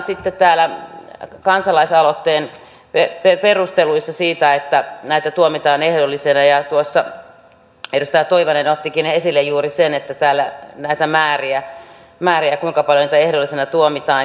sitten täällä kansalaisaloitteen perusteluissa todetaan siitä että näitä tuomitaan ehdollisena ja tuossa edustaja tolvanen ottikin esille juuri näitä määriä kuinka paljon näitä ehdollisena tuomitaan